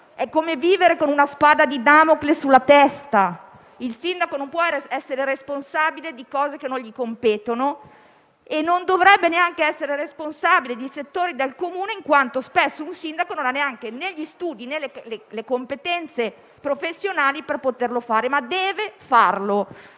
è come vivere con una spada di Damocle sulla testa. Il sindaco non può essere responsabile di cose che non gli competono e non dovrebbe neanche essere responsabile di settori del Comune visto che spesso non ha né gli studi, né le competenze professionali per poterlo fare; eppure deve farlo.